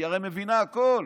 היא הרי מבינה הכול.